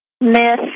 miss